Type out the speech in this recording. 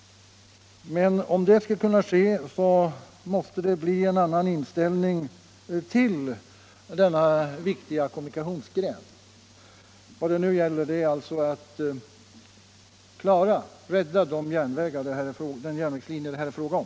Men om det skall kunna ske måste det bli en annan inställning till denna viktiga kommunikationsgren. Vad det nu närmast gäller är att rädda den järnvägslinje som det här är fråga om.